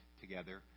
together